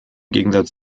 gegensatz